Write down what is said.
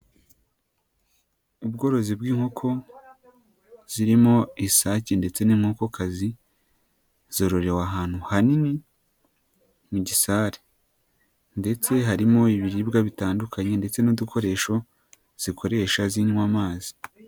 Ubworozi bw'inkoko zirimo isake ndetse n'inkokokazi zororewe ahantu hanini mu gisare ndetse harimo ibiribwa bitandukanye ndetse n'udukoresho zikoresha zinywa amazi.